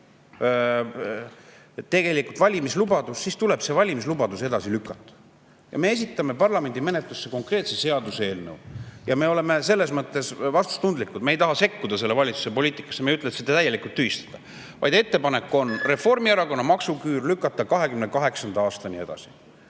jõu käiv valimislubadus, siis tuleb see valimislubadus edasi lükata. Me esitame parlamendi menetlusse konkreetse seaduseelnõu. Me oleme selles mõttes vastutustundlikud, et me ei taha sekkuda selle valitsuse poliitikasse ega ütle, et see [tuleb] täielikult tühistada, vaid ettepanek on Reformierakonna maksuküüru [kaotamine] lükata 2028. aastasse edasi.